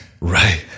Right